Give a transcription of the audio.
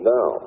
Now